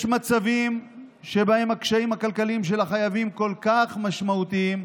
יש מצבים שבהם הקשיים הכלכליים של החייבים כל כך משמעותיים,